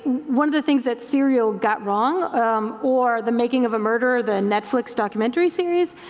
one of the things that serial got wrong or the making of a murderer, the netflix documentary series,